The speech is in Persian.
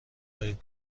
دارید